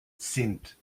sind